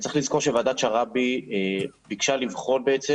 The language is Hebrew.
צריך לזכור שוועדת שרעבי ביקשה לבחון בעצם